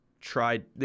tried